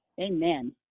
Amen